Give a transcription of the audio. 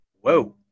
whoa